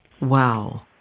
Wow